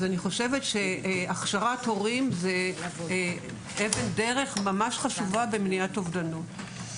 אני חושבת שהכשרת הורים היא אבן דרך ממש חשובה במניעת אובדנות.